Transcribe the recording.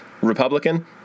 Republican